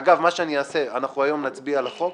אגב, היום נצביע על החוק.